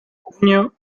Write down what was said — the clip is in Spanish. junio